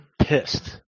pissed